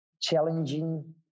challenging